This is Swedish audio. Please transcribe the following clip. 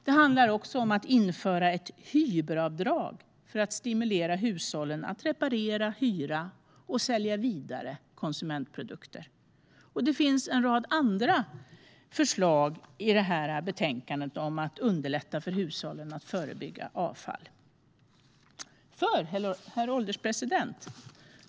Det handlar också om att införa ett hyberavdrag för att stimulera hushållen att reparera, hyra och sälja vidare konsumentprodukter. Och det finns en rad andra förslag i betänkandet om att underlätta för hushållen att förebygga uppkomsten av avfall. Herr ålderspresident!